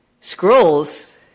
Scrolls